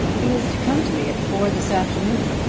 he is to come to me at four this afternoon.